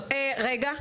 טוב, רגע.